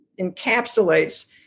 encapsulates